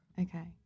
okay